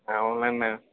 అవునండీ